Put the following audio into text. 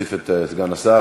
אנחנו נוסיף את סגן השר.